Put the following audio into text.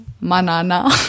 manana